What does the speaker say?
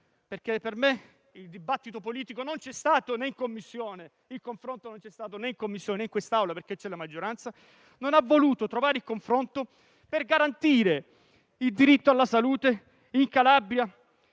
- per me il dibattito politico, il confronto non c'è stato né in Commissione, né in quest'Aula, perché c'è la maggioranza - e non abbia voluto trovare il confronto per garantire il diritto alla salute in Calabria,